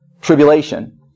tribulation